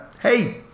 Hey